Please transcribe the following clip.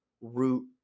root